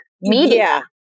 media